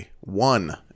One